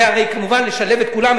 זה הרי כמובן משלב את כולם,